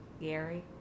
Gary